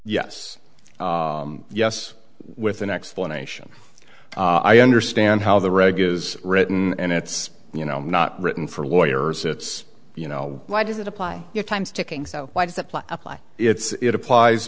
yes yes with an explanation i understand how the reg is written and it's you know not written for lawyers it's you know why does it apply your time's ticking why does that apply it applies